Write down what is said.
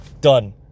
done